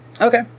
okay